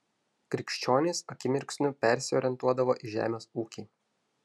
krikščionys akimirksniu persiorientuodavo į žemės ūkį